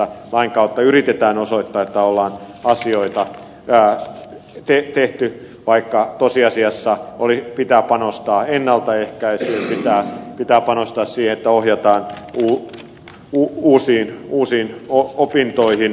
lain kautta yritetään osoittaa että on asioita tehty vaikka tosiasiassa pitää panostaa ennaltaehkäisyyn pitää panostaa siihen että ohjataan uusiin opintoihin